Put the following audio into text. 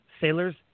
sailors